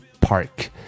park